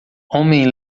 homem